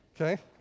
Okay